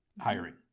hiring